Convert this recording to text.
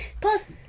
plus